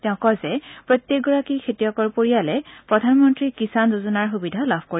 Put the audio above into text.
তেওঁ কয় যে প্ৰত্যেকগৰাকী খেতিয়কৰ পৰিয়ালে প্ৰধানমন্ত্ৰী কিষাণ যোজনাৰ সুবিধা লাভ কৰিব